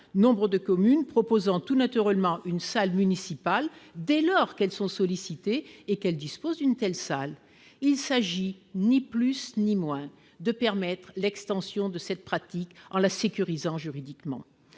nombre de communes proposant tout naturellement une salle municipale, dès lors qu'elles sont sollicitées et qu'elle dispose d'une telle salle, il s'agit ni plus ni moins, de permettre l'extension de cette pratique en la sécurisant juridiquement